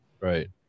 right